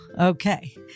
Okay